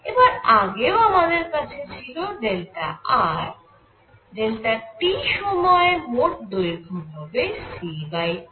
এবার আগেও আমাদের কাছে ছিল r t সময়ে মোট দৈর্ঘ্য হবে ct